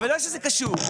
בוודאי שזה קשור.